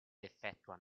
effettua